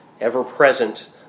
Ever-Present